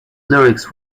lyrics